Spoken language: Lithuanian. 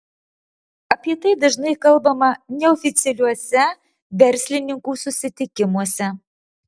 apie tai dažnai kalbama neoficialiuose verslininkų susitikimuose